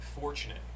fortunate